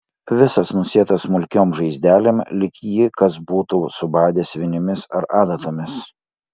visas nusėtas smulkiom žaizdelėm lyg jį kas būtų subadęs vinimis ar adatomis